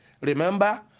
remember